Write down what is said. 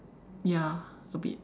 ya a bit